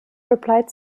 replied